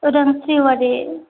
सोदोमस्रि औवारि